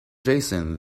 jason